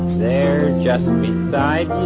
they're just beside you.